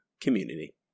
community